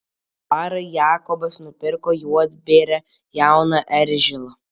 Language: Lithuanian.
dvarui jakobas nupirko juodbėrą jauną eržilą